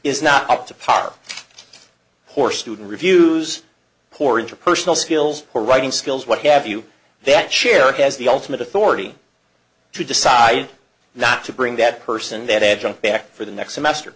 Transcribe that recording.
is not up to par or student reviews poor interpersonal skills poor writing skills what have you that sharon has the ultimate authority to decide not to bring that person that adjunct back for the next semester